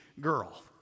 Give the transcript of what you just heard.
girl